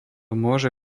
môže